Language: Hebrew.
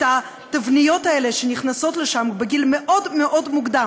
אצל הורים גם בזמן שהם נשואים וגם בזמן שהם גרושים.